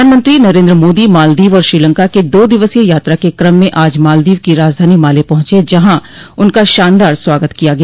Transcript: प्रधानमंत्री नरेन्द्र मोदी मालदीव और श्रीलंका के दो दिवसीय यात्रा के क्रम में आज मालदीव की राजधानी माले पहुंचे जहां उनका शानदार स्वागत किया गया